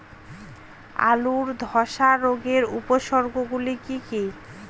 আলুর ধ্বসা রোগের উপসর্গগুলি কি কি?